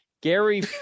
Gary